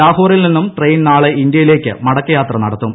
ലാഹോറിൽ നിന്നും ട്രെയിൻ നാളെ ഇന്ത്യയിലേക്ക് മടക്കയാത്ര നടത്തും